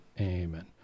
Amen